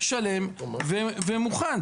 שלם ומוכן.